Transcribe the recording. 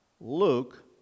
Luke